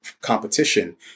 competition